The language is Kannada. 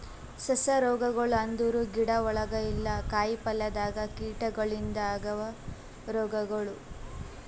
ಸಸ್ಯ ರೋಗಗೊಳ್ ಅಂದುರ್ ಗಿಡ ಒಳಗ ಇಲ್ಲಾ ಕಾಯಿ ಪಲ್ಯದಾಗ್ ಕೀಟಗೊಳಿಂದ್ ಆಗವ್ ರೋಗಗೊಳ್